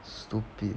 stupid